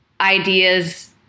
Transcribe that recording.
ideas